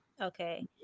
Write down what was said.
Okay